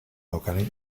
organic